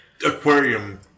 Aquarium